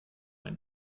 ein